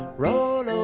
roll